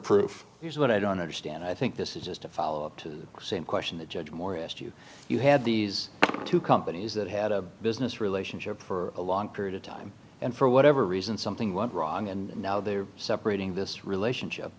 here's what i don't understand i think this is just a follow up to the same question that judge moore asked you you had these two companies that had a business relationship for a long period of time and for whatever reason something went wrong and now they're separating this relationship